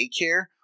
daycare